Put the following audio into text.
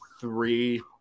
three